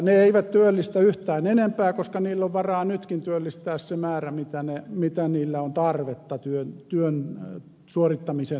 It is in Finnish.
ne eivät työllistä yhtään enempää koska niillä on varaa nytkin työllistää se määrä mikä niillä on tarvetta työn suorittamisen näkökulmasta